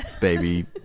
baby